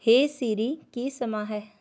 ਹੇ Siri ਕੀ ਸਮਾਂ ਹੈ